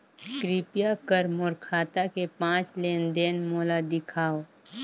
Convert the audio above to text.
कृपया कर मोर खाता के पांच लेन देन मोला दिखावव